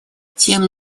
тем